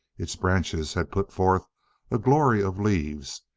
its branches had put forth a glory of leaves,